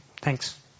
thanks